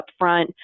upfront